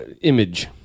image